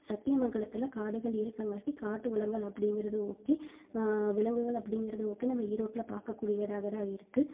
சத்தியமங்கலத்தில் காடுகள் இருக்கங்காட்டி காட்டு வளங்கள் அப்படிங்கிறது ஓகே விலங்குகள் அப்படிங்கிறது ஓகே நம்ம ஈரோட்டில் பார்க்கக்கூடியதாக தான் இருக்குது